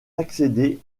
accéder